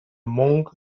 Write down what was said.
monk